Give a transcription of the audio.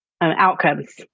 outcomes